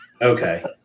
Okay